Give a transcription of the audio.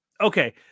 Okay